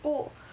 oh